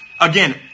Again